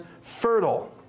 fertile